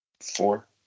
four